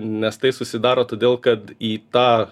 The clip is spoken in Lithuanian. nes tai susidaro todėl kad į tą